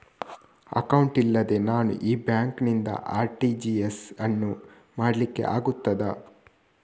Account ಇಲ್ಲದೆ ನಾನು ಈ ಬ್ಯಾಂಕ್ ನಿಂದ ಆರ್.ಟಿ.ಜಿ.ಎಸ್ ಯನ್ನು ಮಾಡ್ಲಿಕೆ ಆಗುತ್ತದ?